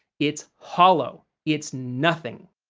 it's hollow. it's nothing.